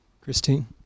Christine